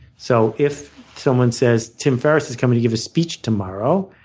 so if someone says tim ferriss is coming to give a speech tomorrow,